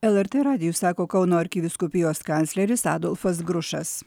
el er t radijui sako kauno arkivyskupijos kancleris adolfas grušas